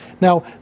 Now